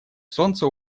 солнца